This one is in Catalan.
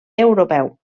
europeu